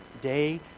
day